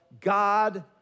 God